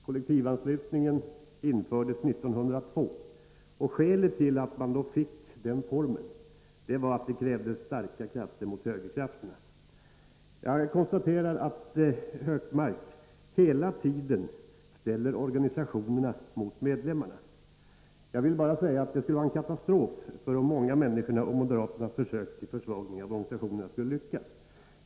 Kollektivanslutningen infördes 1902, och skälet till att man då valde den formen var att det krävdes starka krafter mot högern. Jag konstaterar att Hökmark hela tiden ställer organisationerna mot medlemmarna. Jag vill bara säga att det skulle vara en katastrof för de många människorna om moderaternas försök till försvagning av organisationerna skulle lyckas.